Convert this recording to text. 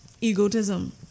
egotism